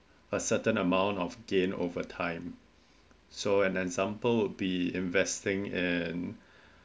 a certain amount of gain overtime so an example would be investing in